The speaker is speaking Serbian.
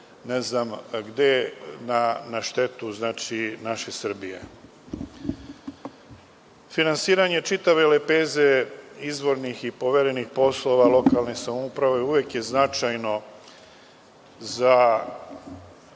ne znam gde, na štetu naše Srbije. Finansiranje čitave lepeze izvornih i poverenih poslova lokalne samouprave uvek je značajno za